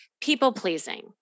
people-pleasing